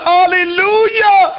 Hallelujah